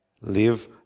Live